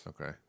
Okay